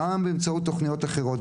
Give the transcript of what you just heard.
גם באמצעות תכניות אחרות,